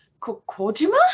Kojima